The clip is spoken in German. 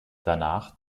danach